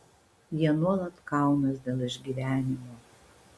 jie nuolat kaunas dėl išgyvenimo